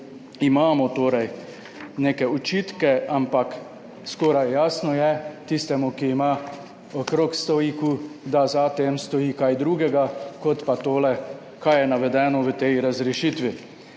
(nadaljevanje) ampak skoraj jasno je tistemu, ki ima okrog 100 IQ, da za tem stoji kaj drugega kot pa tole, kar je navedeno v tej razrešitvi.